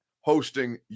hosting